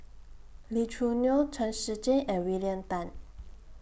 Lee Choo Neo Chen Shiji and William Tan